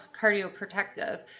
cardioprotective